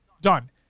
done